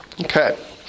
Okay